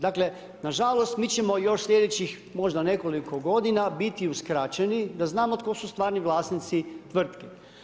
Dakle, nažalost mi ćemo još slijedećih možda nekoliko godina biti uskraćeni da znamo tko su stvarni vlasnici tvrtki.